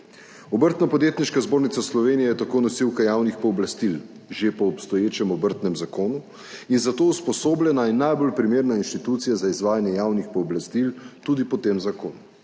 Obrtno podjetniška zbornica Slovenije je tako nosilka javnih pooblastil že po obstoječem obrtnem zakonu in za to usposobljena in najbolj primerna institucija za izvajanje javnih pooblastil tudi po tem zakonu.